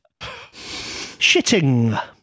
Shitting